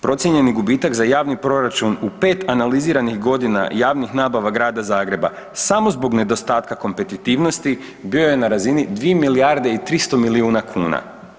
Procijenjeni gubitak za javni proračun u 5 analiziranih godina javnih nabava grada Zagreba, samo zbog nedostatka kompetitivnosti, bio je na razini 2 milijarde i 300 milijuna kuna.